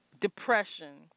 depression